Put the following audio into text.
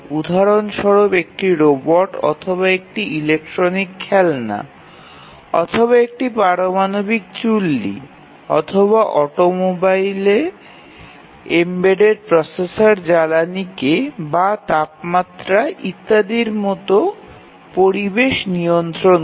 উদাহরণ স্বরূপ একটি রোবট অথবা একটি ইলেকট্রনিক খেলনা অথবা একটি পারমাণবিক চুল্লি অথবা অটোমোবাইলে এম্বেডেড প্রসেসর জ্বালানীকে বা তাপমাত্রা ইত্যাদির মতো পরিবেশ নিয়ন্ত্রণ করে